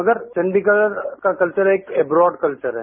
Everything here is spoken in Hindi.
मगर चंडीगढ़ का कल्वर एक अन्नाड कल्वर है